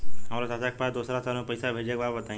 हमरा चाचा के पास दोसरा शहर में पईसा भेजे के बा बताई?